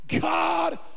God